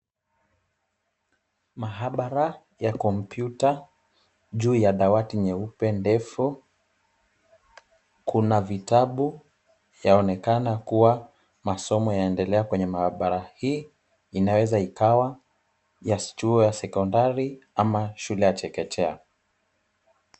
Maabara ya kompyuta. Juu ya dawati nyeupe ndefu, kuna vitabu yaonekana kuwa masomo yaendelea kwenye maabara. Hii inaweza ikawa chuo ya sekondari ama shule ya chekechea.